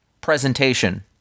presentation